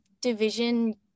division